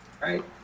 right